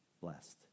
blessed